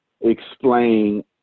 explain